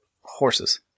horses